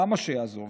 למה שיעזוב?